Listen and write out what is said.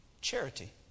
charity